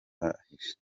hashize